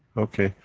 okay,